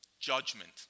Judgment